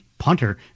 punter